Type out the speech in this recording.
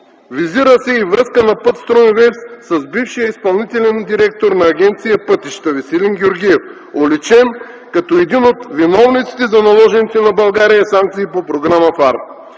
визира се и връзка на „Пътстройинвест” с бившия изпълнителен директор на Агенция „Пътища” Веселин Георгиев, уличен като един от виновниците за наложените на България санкции по Програма ФАР.